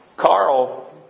Carl